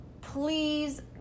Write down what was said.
please